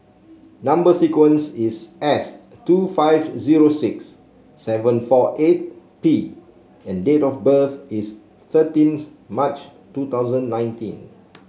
number sequence is S two five zero six seven four eight P and date of birth is thirteenth March two thousand nineteen